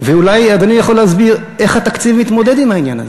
ואולי אדוני יכול להסביר איך התקציב מתמודד עם העניין הזה.